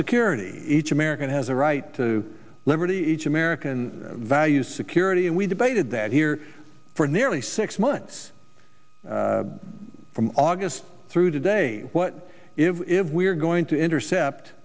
security each american has a right to liberty each american values security and we debated that here for nearly six months from august through today what if if we're going to intercept